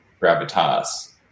gravitas